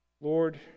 Lord